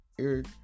Eric